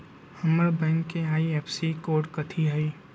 हमर बैंक के IFSC code कथि हई?